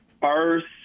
first